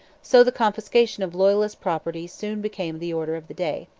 so the confiscation of loyalist property soon became the order of the day.